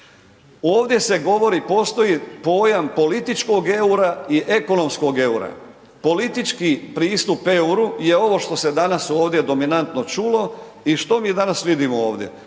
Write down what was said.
Ovdje se govori, postoji pojam političkog eura i ekonomskog eura. Politički pristup euru je ovo što se danas ovdje dominantno čulo i što mi danas vidimo ovdje?